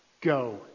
Go